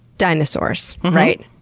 dinosaurs, right?